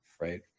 right